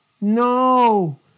No